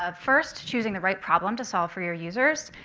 ah first, choosing the right problem to solve for your users.